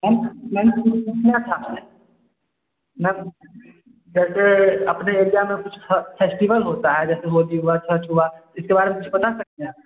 हम मैम कुछ पूछना था मैम मैम जैसे अपने एरिया में कुछ फ फेस्टिवल होता है जैसे होली हुआ छठ हुआ इसके बारे में कुछ बता सकते हैं